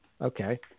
okay